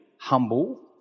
humble